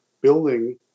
building